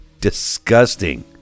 disgusting